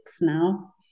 now